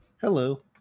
hello